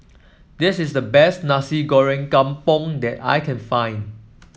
this is the best Nasi Goreng Kampung that I can find